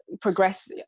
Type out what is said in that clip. progress